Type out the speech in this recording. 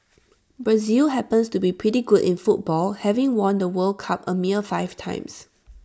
Brazil happens to be pretty good in football having won the world cup A mere five times